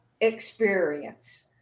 experience